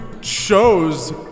shows